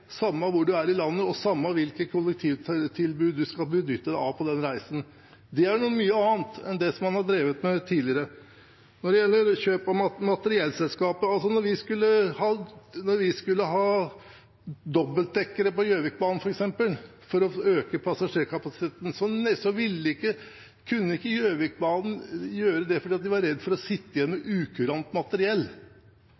samme hvor man er i landet, og samme hvilket kollektivtilbud man skal benytte seg av på denne reisen. Det er noe annet enn det man har drevet med tidligere. Når det gjelder kjøp av materiellselskapet: Da vi skulle ha dobbeltdekkere på Gjøvikbanen, f.eks., for å øke passasjerkapasiteten, kunne ikke Gjøvikbanen gjøre det, for de var redde for å sitte igjen med